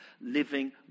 living